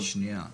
שנייה.